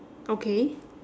okay